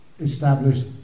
established